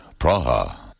Praha